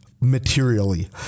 materially